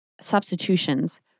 substitutions